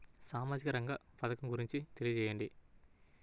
సామాజిక రంగ పథకం గురించి తెలియచేయండి?